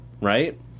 right